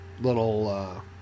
little